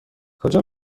کجا